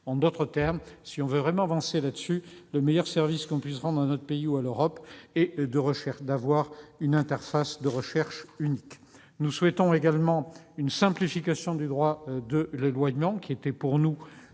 En d'autres termes, si l'on veut vraiment avancer sur ce sujet, le meilleur service que l'on puisse rendre à notre pays ou à l'Europe est d'avoir une interface de recherche unique. Nous souhaitons également une simplification du droit de l'éloignement. Selon nous,